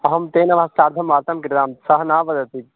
अहं तेन वा सार्धं वार्तां कृतं सः न वदति